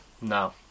No